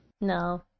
No